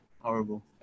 horrible